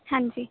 ਹਾਂਜੀ